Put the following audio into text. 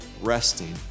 resting